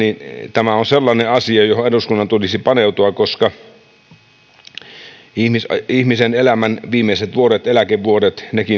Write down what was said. tämä on sellainen asia johon eduskunnan tulisi paneutua koska ihmisen elämän viimeisten vuosienkin eläkevuosien